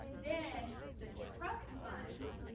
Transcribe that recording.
then, the trust funds,